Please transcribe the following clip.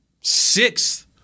sixth –